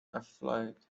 afield